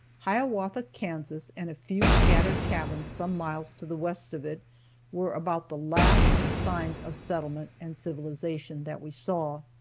hiawatha, kansas, and a few scattered cabins some miles to the west of it were about the last signs of settlement and civilization that we saw.